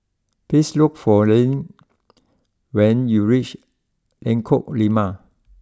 please look for Lynne when you reach Lengkok Lima